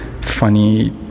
funny